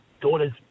daughter's